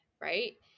Right